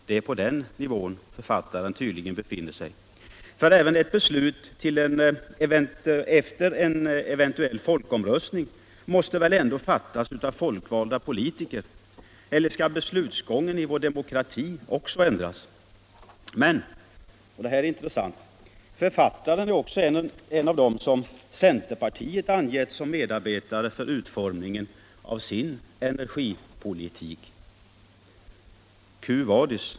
Det är på den nivån författaren tydligen befinner sig. Även ett beslut efter en eventuell folkomröstning måste nämligen fattas av folkvalda politiker, om inte beslutsgången i vår demokrati skall ändras. Men — och det här är intressant - författaren är också en av dem som centerpartiet angett som medarbetare för utformningen av sin energipolitik. Quo vadis?